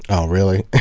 oh really?